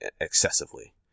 excessively